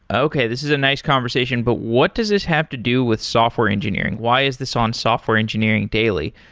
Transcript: okay, this is a nice conversation, but what does this have to do with software engineering? why is this on software engineering daily?